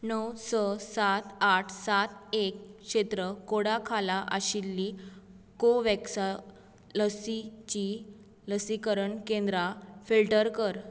णव स सात आठ सात एक क्षेत्र कोडा खाला आशिल्लीं कोव्हॅक्स लसीची लसीकरण केंद्रा फिल्टर कर